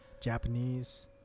japanese